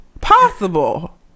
Possible